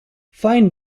fine